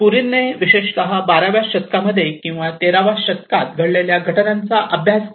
बुरिनने विशेषत 12 व्या शतकामध्ये किंवा 13 व्या शतकात घडलेल्या घटनांचा अभ्यास केला